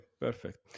perfect